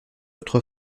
autre